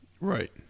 Right